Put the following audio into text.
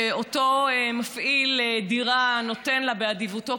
שאותו מפעיל דירה נותן לה באדיבותו,